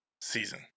season